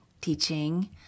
teaching